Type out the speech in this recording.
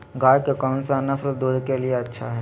गाय के कौन नसल दूध के लिए अच्छा है?